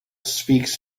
speaks